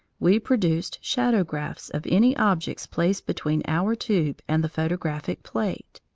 we produced shadowgraphs of any objects placed between our tube and the photographic plate.